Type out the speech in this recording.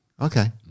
Okay